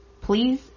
please